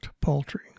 poultry